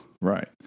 Right